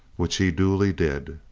which he duly did.